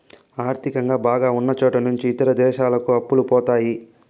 ఆర్థికంగా బాగా ఉన్నచోట నుంచి ఇతర దేశాలకు అప్పులు పోతాయి